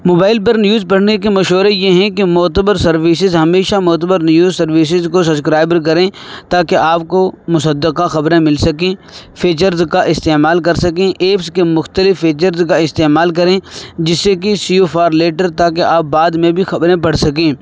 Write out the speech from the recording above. mobile پر news پڑھنے کے مشورے یہ ہیں کہ معتبر سروسز ہمیشہ معتبر نیوز سروسج کو سسکرائبر کریں تاکہ آپ کو مصدقہ خبریں مل سکیں فیچرز کا استعمال کر سکیں ایپس کے مختلف فیچرس کا استعمال کریں جس سے کہ سی فار لیٹر تاکہ آپ بعد میں بھی خبریں پڑھ سکیں